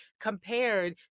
compared